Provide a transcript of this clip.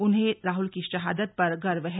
उन्हें राहल की शहादत पर गर्व है